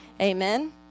Amen